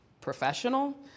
professional